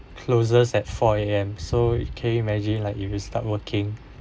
closes at four A_M so it can you imagine like if you start working